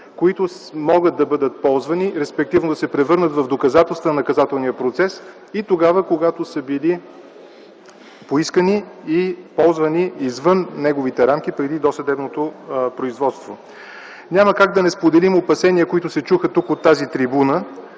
които могат да бъдат ползвани, респективно да се превърнат в доказателства на наказателния процес и тогава, когато са били поисквани и ползвани извън неговите рамки, преди досъдебното производство. Няма как да не споделим опасения, които се чуха тук, от тази трибуна,